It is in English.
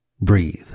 Breathe